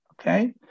Okay